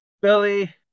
Billy